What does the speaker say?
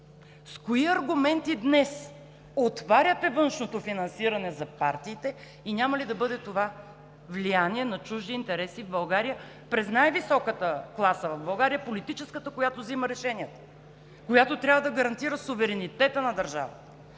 С кои аргументи днес отваряте външното финансиране за партиите и няма ли да бъде това влияние на чужди интереси в България през най-високата класа в България – политическата, която взима решенията, която трябва да гарантира суверенитета на държавата?